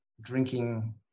drinking